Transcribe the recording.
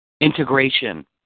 integration